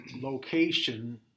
location